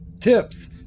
tips